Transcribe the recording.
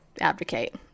advocate